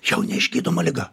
čia jau neišgydoma liga